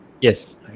Yes